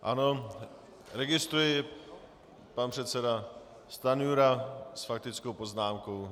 Ano, registruji pan předseda Stanjura s faktickou poznámkou.